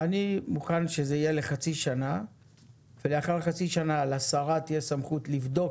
אני מוכן שזה יהיה לחצי שנה ולאחר חצי שנה לשרה תהיה סמכות לבדוק